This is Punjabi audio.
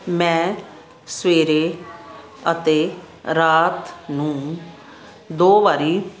ਮੈਂ ਸਵੇਰੇ ਅਤੇ ਰਾਤ ਨੂੰ ਦੋ ਵਾਰੀ